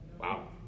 Wow